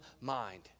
mind